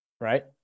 right